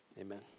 amen